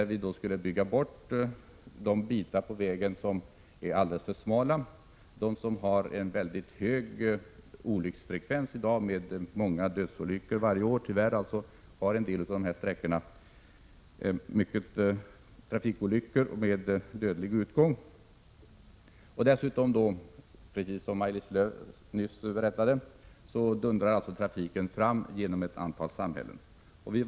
Vi ansåg att man skulle bygga om de delar av vägen som är alldeles för smala och där olycksfrekvensen är mycket hög och där många dödsolyckor inträffar varje år. På en del av dessa vägsträckor inträffar tyvärr många trafikolyckor med dödlig utgång. Dessutom, precis som Maj-Lis Lööw nyss berättade, dundrar trafiken fram genom ett antal samhällen. Vi hade nu kommit så långt — Prot.